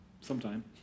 sometime